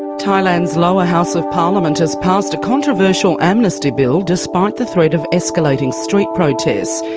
thailand's lower house of parliament has passed a controversial amnesty bill, despite the threat of escalating street protesters.